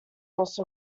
also